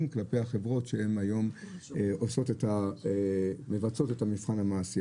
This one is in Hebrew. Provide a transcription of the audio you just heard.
כלפי החברות שהן היום מבצעות את המבחן המעשי.